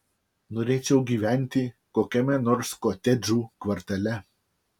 norėčiau gyventi kokiame nors kotedžų kvartale